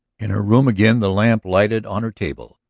in her room again, the lamp lighted on her table,